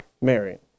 married